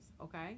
Okay